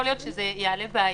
יכול להיות שזה יעלה בעיה,